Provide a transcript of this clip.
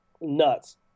nuts